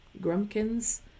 Grumpkins